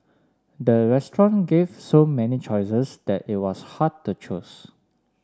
the restaurant gave so many choices that it was hard to choose